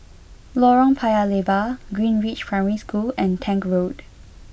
Lorong Paya Lebar Greenridge Primary School and Tank Road